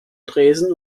tresen